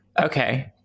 okay